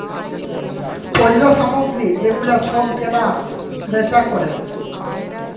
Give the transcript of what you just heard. পল্য সামগ্রী যে গুলা সব কেলা বেচা ক্যরে